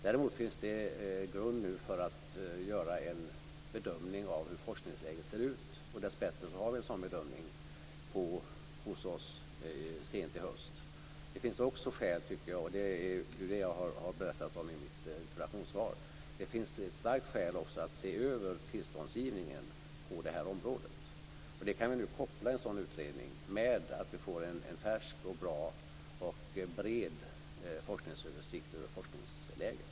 Däremot finns det nu grund för att göra en bedömning av hur forskningsläget ser ut. Dessbättre har vi en sådan bedömning hos oss sent i höst. Som jag har berättat i mitt interpellationssvar finns också ett starkt skäl att se över tillståndsgivningen på det här området. En sådan utredning kan vi nu koppla till en färsk, bra och bred forskningsöversikt över forskningsläget.